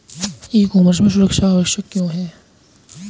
ई commerce में सुरक्षा आवश्यक क्यों है?